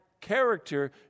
character